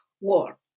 War